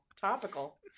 topical